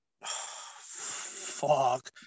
Fuck